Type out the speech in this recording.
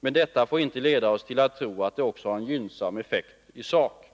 men detta får inte leda oss till att tro att det också har en gynnsam effekt i sak.